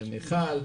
מיכל,